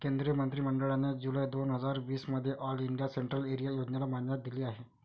केंद्रीय मंत्रि मंडळाने जुलै दोन हजार वीस मध्ये ऑल इंडिया सेंट्रल एरिया योजनेला मान्यता दिली आहे